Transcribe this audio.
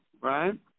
right